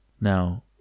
Now